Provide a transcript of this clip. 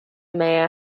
mayor